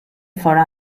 for